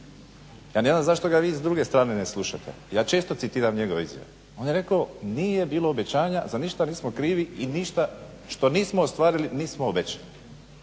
ja ne znam zašto ga vi s druge strane ne slušate. Ja često citiram njegove izjave. On je rekao nije bilo obećanja, za ništa nismo krivi i ništa što nismo ostvarili nismo obećali.